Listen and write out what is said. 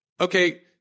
okay